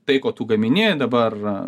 tai ko tu gamini dabar